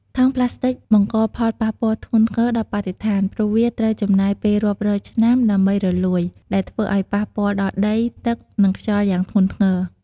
ថង់ប្លាស្ទិកបង្កផលប៉ះពាល់ធ្ងន់ធ្ងរដល់បរិស្ថាន ព្រោះវាត្រូវចំណាយពេលរាប់រយឆ្នាំដើម្បីរលួយ ដែលធ្វើឲ្យប៉ះពាល់ដល់ដី ទឹក និងខ្យល់យ៉ាងធ្ងន់ធ្ងរ។